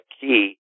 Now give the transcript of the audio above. key